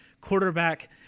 quarterback